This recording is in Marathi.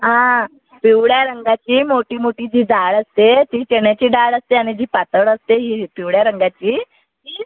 आ पिवळ्या रंगाची मोठी मोठी जी जाड असते ती चण्याची डाळ असते आणि जी पातळ असते ही पिवळ्या रंगाची ती